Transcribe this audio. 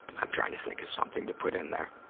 i'm trying to think of something to put in there